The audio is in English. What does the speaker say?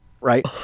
right